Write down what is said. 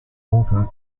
motor